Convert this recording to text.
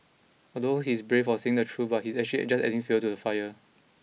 although he's brave for saying the truth but he's actually just adding fuel to the fire